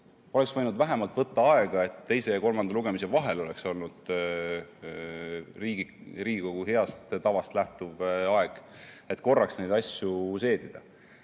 Oleks võinud vähemalt võtta aega, et teise ja kolmanda lugemise vahel oleks olnud Riigikogu heast tavast lähtuv aeg, et korraks neid asju seedida.